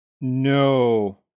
no